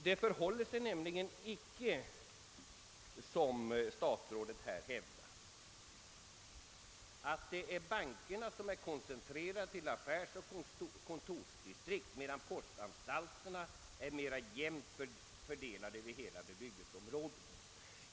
; Det förhåller sig nämligen icke så som statsrådet här hävdar, att det är bankerna som är koncentrerade till affärsoch kontorsdistrikt, medan postanstalterna är mera jämnt fördelade över hela bebyggelseområdet.